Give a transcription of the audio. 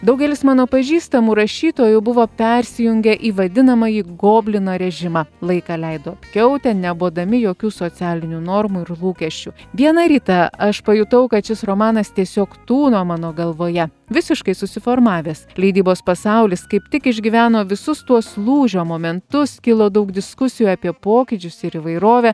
daugelis mano pažįstamų rašytojų buvo persijungę į vadinamąjį goblino režimą laiką leido apkiautę nebodami jokių socialinių normų ir lūkesčių vieną rytą aš pajutau kad šis romanas tiesiog tūno mano galvoje visiškai susiformavęs leidybos pasaulis kaip tik išgyveno visus tuos lūžio momentus kilo daug diskusijų apie pokyčius ir įvairovę